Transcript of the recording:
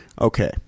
Okay